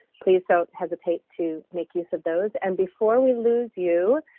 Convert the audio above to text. please don't hesitate to make use of those. and before we lose you,